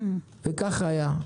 וכך היה.